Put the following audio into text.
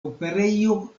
operejo